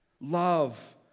Love